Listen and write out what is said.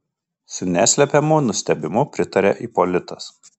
su neslepiamu nustebimu pritarė ipolitas